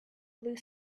blue